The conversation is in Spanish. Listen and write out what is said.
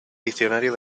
diccionario